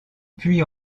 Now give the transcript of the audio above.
puy